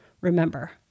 Remember